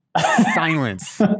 Silence